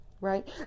right